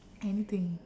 anything